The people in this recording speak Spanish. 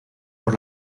por